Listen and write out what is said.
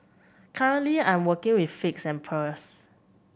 currently I'm working with figs and pears